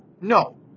No